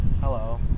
Hello